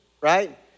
Right